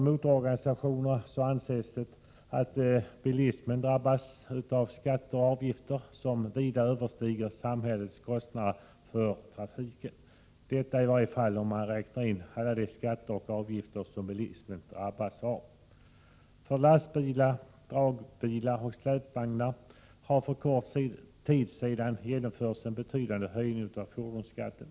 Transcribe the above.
Motororganisationer anser att bilismen drabbas av skatter och avgifter som totalt sett vida överstiger samhällets kostnader för trafiken. För lastbilar, dragbilar och släpvagnar har för kort tid sedan genomförts en betydande höjning av fordonsskatten.